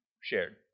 shared